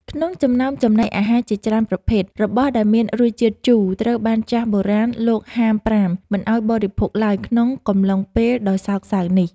ក្នុងចំណោមចំណីអាហារជាច្រើនប្រភេទ របស់ដែលមានរសជាតិជូរត្រូវបានចាស់បុរាណលោកហាមប្រាមមិនឱ្យបរិភោគឡើយក្នុងកំឡុងពេលដ៏សោកសៅនេះ។